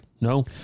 No